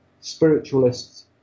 spiritualists